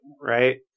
right